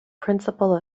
principle